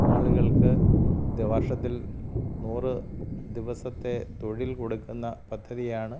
ആളുകൾക്ക് വർഷത്തിൽ നൂറ് ദിവസത്തെ തൊഴിൽ കൊടുക്കുന്ന പദ്ധതിയാണ്